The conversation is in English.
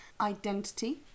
Identity